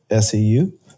SEU